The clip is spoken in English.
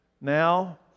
Now